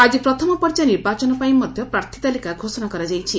ଆଜି ପ୍ରଥମ ପର୍ଯ୍ୟାୟ ନିର୍ବାଚନ ପାଇଁ ମଧ୍ୟ ପ୍ରାର୍ଥୀ ତାଲିକା ଘୋଷଣା କରାଯାଇଛି